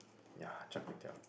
ya char-kway-teow